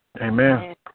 Amen